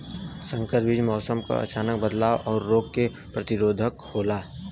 संकर बीज मौसम क अचानक बदलाव और रोग के प्रतिरोधक होला